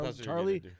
Charlie